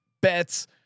bets